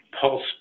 pulse